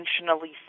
intentionally